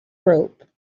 rope